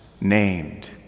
named